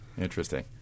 interesting